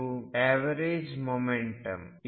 ಇದು average momentum